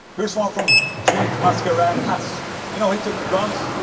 here's one from jude mascarenhas you know, he took the drums.